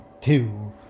two